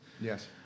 yes